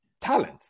talent